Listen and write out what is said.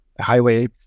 highway